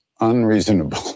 unreasonable